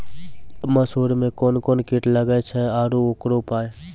मसूर मे कोन कोन कीट लागेय छैय आरु उकरो उपाय?